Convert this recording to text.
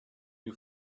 you